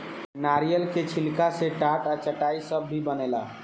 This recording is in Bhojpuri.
नारियल के छिलका से टाट आ चटाई सब भी बनेला